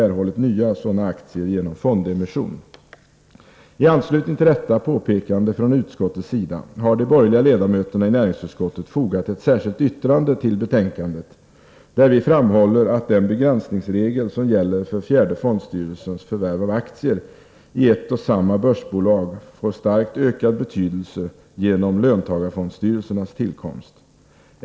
I anslutning till detta påpekande från utskottets sida har de borgerliga ledamöterna i näringsutskottet fogat ett särskilt yttrande till betänkandet, där vi framhåller att den begränsningsregel som gäller för fjärde fondstyrelsens förvärv av aktier i ett och samma börsbolag får starkt ökad betydelse genom löntagarfondstyrelsernas tillkomst.